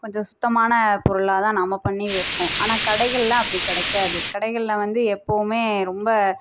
கொஞ்சம் சுத்தமான பொருளாக தான் நம்ம பண்ணி வைப்போம் ஆனால் கடைகள்ல அப்படி கிடைக்காது கடைகள்ல வந்து எப்போவுமே ரொம்ப